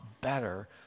better